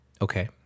Okay